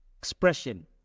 expression